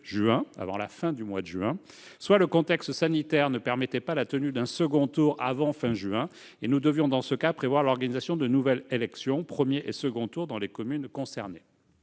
avant la fin du mois de juin ; soit le contexte sanitaire ne permettait pas la tenue d'un second tour avant fin juin et nous devions, le cas échéant, prévoir l'organisation de nouvelles élections, premier et second tours, dans les communes concernées.